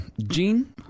Gene